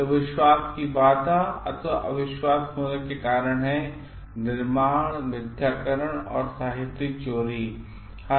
तो विश्वास की बाधा अथवा अविश्वास होने के कारण हैं निर्माण मिथ्याकरण और साहित्यिक चोरी हैं